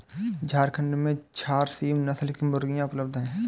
झारखण्ड में झारसीम नस्ल की मुर्गियाँ उपलब्ध है